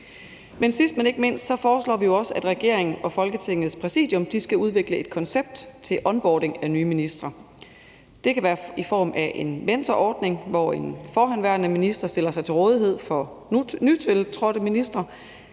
Sidst, men ikke mindst, foreslår vi også, at regeringen og Folketingets Præsidium skal udvikle et koncept til onboarding af nye ministre. Det kan være i form af en mentorordning, hvor en forhenværende minister stiller sig til rådighed for nytiltrådte ministre